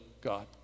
God